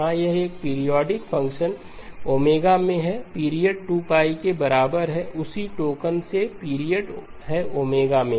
हाँ यह पीरियोडिक ω में है पीरियड 2 π के बराबर है उसीटोकन सेejωLपीरियोडिक है ω में